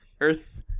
Earth